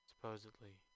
Supposedly